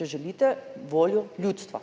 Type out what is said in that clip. če želite voljo ljudstva.